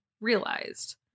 realized